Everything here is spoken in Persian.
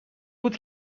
بود